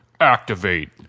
activate